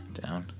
down